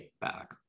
back